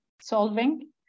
solving